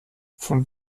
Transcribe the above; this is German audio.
von